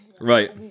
Right